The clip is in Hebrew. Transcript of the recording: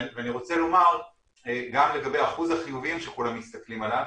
ואני רוצה לומר גם לגבי אחוז החיוביים שכולם מסתכלים עליו,